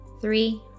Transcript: three